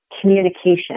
communication